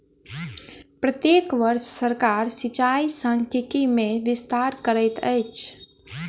प्रत्येक वर्ष सरकार सिचाई सांख्यिकी मे विस्तार करैत अछि